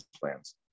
plans